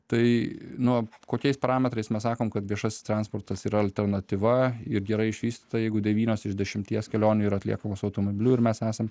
tai nuo kokiais parametrais mes sakom kad viešasis transportas yra alternatyva ir gerai išvystyta jeigu devynios iš dešimties kelionių ir atliekamas automobiliu ir mes esam